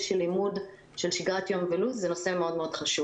של לימוד שגר יום ולו"ז זה נושא חשוב.